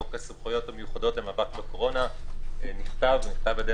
"חוק הסמכויות המיוחדות למאבק בקורונה" נכתב הוא נכתב על ידי